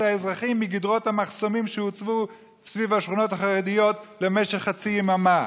האזרחים מגדרות המחסומים שהוצבו סביב השכונות החרדיות למשך חצי יממה.